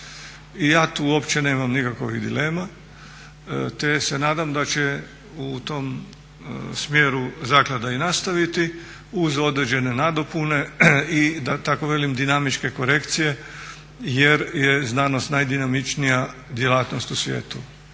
ja tu uopće nemam nikakovih dilema, te se nadam da će u tom smjeru zaklada i nastaviti uz određene nadopune i da tako velim dinamičke korekcije jer je znanost najdinamičnija djelatnost u svijetu.